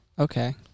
Okay